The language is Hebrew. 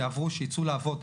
שיעבדו, שיצאו לעבוד.